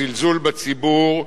זלזול בציבור,